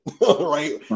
right